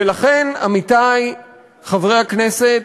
ולכן, עמיתי חברי הכנסת,